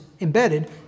embedded